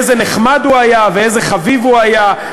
איזה נחמד הוא היה ואיזה חביב הוא היה,